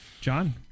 John